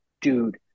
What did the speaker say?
dude